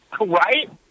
Right